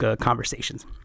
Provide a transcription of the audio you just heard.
conversations